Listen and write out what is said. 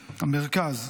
והמרכז.